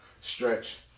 stretch